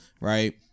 right